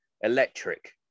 electric